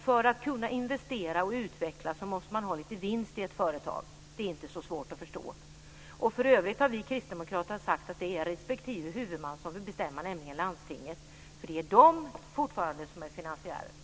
För att kunna investera och utveckla måste man ha lite vinst i ett företag. Det är inte så svårt att förstå. För övrigt har vi kristdemokrater sagt att det är respektive huvudman som ska bestämma, nämligen landstingen. Det är fortfarande landstingen som är finansiärer.